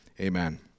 Amen